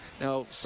Now